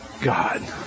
God